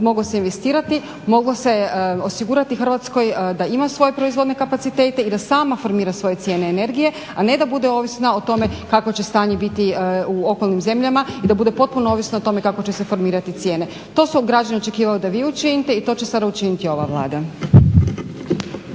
moglo se investirati, moglo se osigurati Hrvatskoj da ima svoje proizvodne kapacitete i da sama formira svoje cijene energije a ne da bude ovisna o tome kakvo će stanje biti u okolnim zemljama i da bude potpuno ovisna o tome kako će se formirati cijene. To se od građana očekivalo da vi učinite i to će sada učiniti ova Vlada.